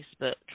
Facebook